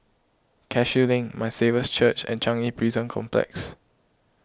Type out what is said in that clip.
Cashew Link My Saviour's Church and Changi Prison Complex